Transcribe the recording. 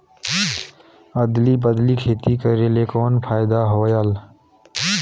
अदली बदली खेती करेले कौन फायदा होयल?